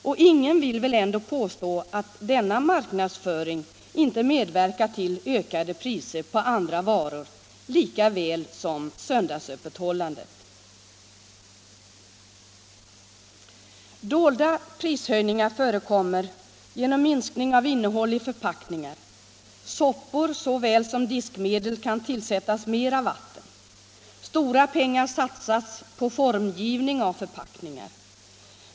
Och ingen vill väl ändå påstå att denna marknadsföring inte medverkar till ökade priser på andra varor lika väl som söndagsöppethållande. Dolda prishöjningar förekommer genom minskning av innehåll i förpackningar. Soppor såväl som diskmedel kan tillsättas mer vatten. Stora pengar satsas på formgivning av förpackningar.